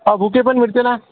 हो बुके पण मिळते ना